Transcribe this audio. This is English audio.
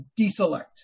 deselect